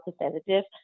representative